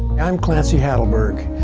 i'm clancy hatleberg.